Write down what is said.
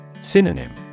Synonym